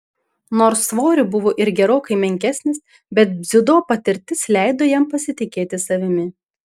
nors svoriu buvo ir gerokai menkesnis bet dziudo patirtis leido jam pasitikėti savimi